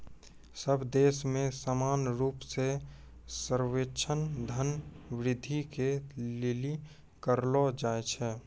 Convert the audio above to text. सब देश मे समान रूप से सर्वेक्षण धन वृद्धि के लिली करलो जाय छै